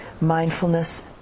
mindfulness